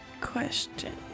question